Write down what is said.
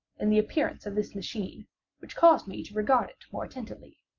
in the appearance of this machine which caused me to regard it more attentively.